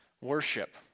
worship